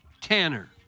Tanner